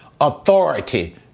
authority